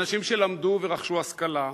אנשים שלמדו ורכשו השכלה,